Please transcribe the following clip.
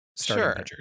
Sure